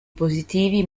positivi